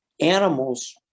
animals